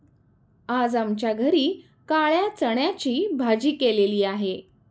आज आमच्या घरी काळ्या चण्याची भाजी केलेली आहे